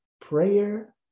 prayer